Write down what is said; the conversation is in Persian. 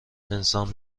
انسان